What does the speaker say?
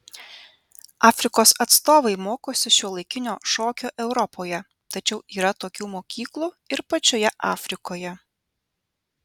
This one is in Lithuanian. afrikos atstovai mokosi šiuolaikinio šokio europoje tačiau yra tokių mokyklų ir pačioje afrikoje